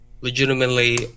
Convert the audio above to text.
legitimately